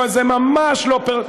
כל זה ממש לא פרסונלי.